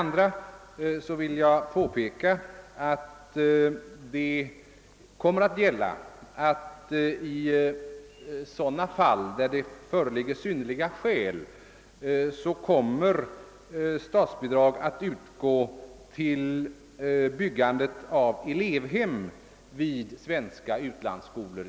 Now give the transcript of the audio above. Jag vill påpeka att statsbidrag kommer att utgå till byggande av elevhem vid svenska utlandsskolor i sådana fall där det föreligger synnerliga skäl.